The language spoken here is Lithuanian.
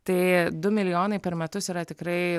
tai du milijonai per metus yra tikrai